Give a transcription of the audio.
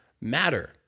matter